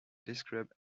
describe